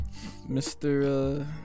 Mr